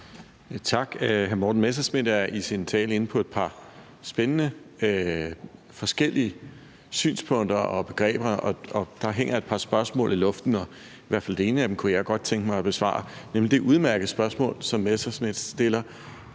Tak. Hr. Morten Messerschmidt er i sin tale inde på et par spændende, forskellige synspunkter og begreber, og der hænger et par spørgsmål i luften, og i hvert fald det ene af dem kunne jeg godt tænke mig at besvare, nemlig det udmærkede spørgsmål, som Morten Messerschmidt stiller: